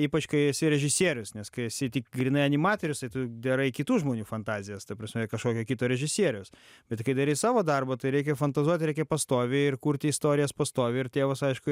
ypač kai esi režisierius nes kai esi tik grynai animatorius tai tu darai kitų žmonių fantazijas ta prasme kažkokio kito režisieriaus bet kai darei savo darbą tai reikia fantazuoti reikia pastoviai ir kurti istorijas pastoviai ir tėvas aišku